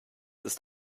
ist